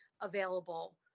available